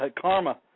Karma